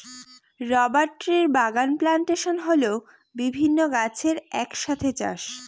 rubber ট্রির বাগান plantation হল বিভিন্ন গাছের এক সাথে চাষ